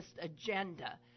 agenda